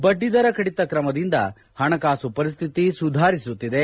ಬಡ್ಡಿ ದರ ಕಡಿತ ಕ್ರಮದಿಂದ ಹಣಕಾಸು ಪರಿಸ್ವಿತಿ ಸುಧಾರಿಸುತ್ತಿದೆ